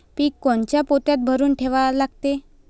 पीक कोनच्या पोत्यात भरून ठेवा लागते?